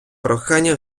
прохання